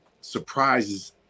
surprises